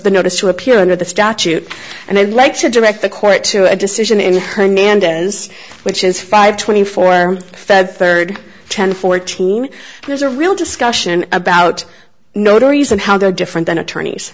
the notice to appear under the statute and i'd like to direct the court to a decision in her mandate is which is five twenty four fed third ten fourteen there's a real discussion about notaries and how they're different than attorneys